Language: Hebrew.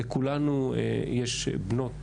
היא ועדה